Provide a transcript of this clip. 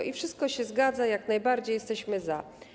I wszystko się zgadza, jak najbardziej jesteśmy za.